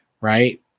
right